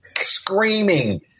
screaming